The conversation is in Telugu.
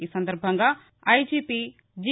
ఈ సందర్బంగా ఐజీపీ జి